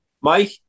Mike